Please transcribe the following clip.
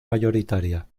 mayoritaria